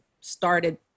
started